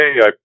Hey